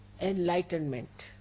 enlightenment